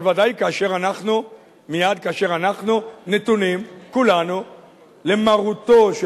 אבל ודאי כאשר אנחנו נתונים כולנו למרותו של